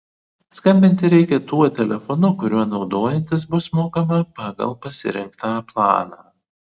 skambinti reikia tuo telefonu kuriuo naudojantis bus mokama pagal pasirinktą planą